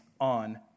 on